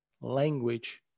language